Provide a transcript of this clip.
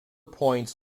points